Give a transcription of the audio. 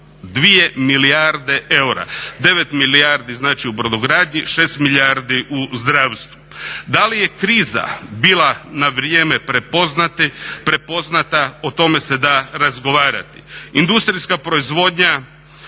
2 milijarde eura. 9 milijardi znači u brodogradnji, 6 milijardi u zdravstvu. Da li je kriza bila na vrijeme prepoznata o tome se da razgovarati. Industrijska proizvodnja